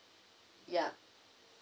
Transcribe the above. yeuh